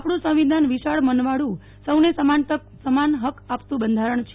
આપણું સંવિધાન વિશાળ મનવાળુ સૌને સમાન તક સમાન હક આપતું બંધારણ છે